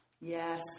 Yes